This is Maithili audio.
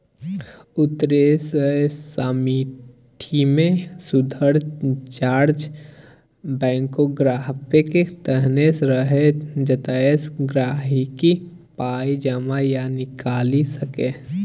उन्नैस सय साठिमे लुथर जार्ज बैंकोग्राफकेँ तकने रहय जतयसँ गांहिकी पाइ जमा या निकालि सकै